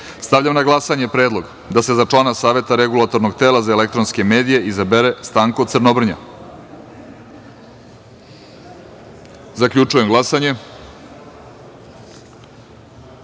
osmoro. Stavljam na glasanje – Predlog da se za člana Saveta Regulatornog tela za elektronske medije izabere Stanko Crnobrnja. Zaključujem glasanje. Ukupno